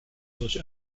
durch